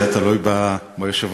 זה תלוי ביושב-ראש.